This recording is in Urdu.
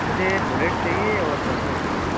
مجھے بلیٹ چہیے اور پلسر چہیے